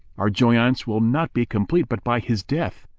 our joyaunce will not be complete but by his death.